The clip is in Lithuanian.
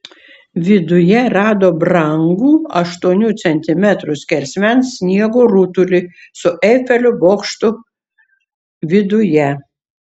viduje rado brangų aštuonių centimetrų skersmens sniego rutulį su eifelio bokštu viduje